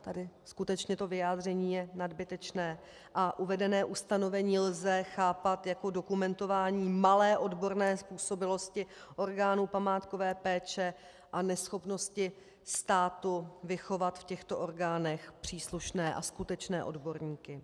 Tady skutečně to vyjádření je nadbytečné a uvedené ustanovení lze chápat jako dokumentování malé odborné způsobilosti orgánů památkové péče a neschopnosti státu vychovat v těchto orgánech příslušné a skutečné odborníky.